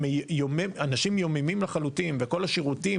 אנשים יוממים לחלוטין וכל השירותים